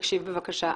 תקשיב, בבקשה.